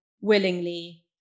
willingly